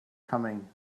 coming